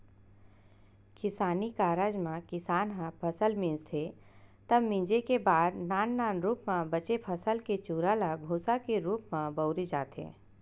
किसानी कारज म किसान ह फसल मिंजथे तब मिंजे के बाद नान नान रूप म बचे फसल के चूरा ल भूंसा के रूप म बउरे जाथे